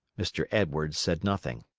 mr. edwards said nothing.